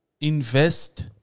Invest